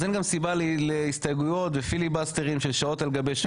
אז אין גם סיבה להסתייגויות ופיליבסטרים של שעות על גבי שעות,